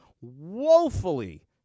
woefully